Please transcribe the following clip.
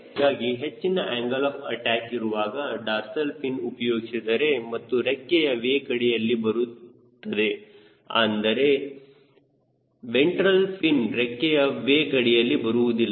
ಹೀಗಾಗಿ ಹೆಚ್ಚಿನ angle of attack ಇರುವಾಗ ಡಾರ್ಸಲ್ ಫಿನ್ ಉಪಯೋಗಿಸಿದರೆ ಅದು ರೆಕ್ಕೆಯ ವೇಕ್ ಅಡಿಯಲ್ಲಿ ಬರುತ್ತದೆ ಆದರೆ ವೆಂಟ್ರಲ್ ಫಿನ್ ರೆಕ್ಕೆಯ ವೇಕ್ ಅಡಿಯಲ್ಲಿ ಬರುವುದಿಲ್ಲ